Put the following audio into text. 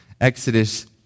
Exodus